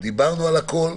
דיברנו על הכול.